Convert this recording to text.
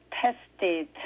tested